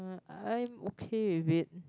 I'm okay with it